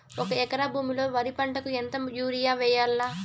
ఒక ఎకరా భూమిలో వరి పంటకు ఎంత యూరియ వేయల్లా?